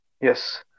Yes